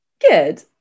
Good